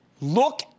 look